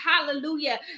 hallelujah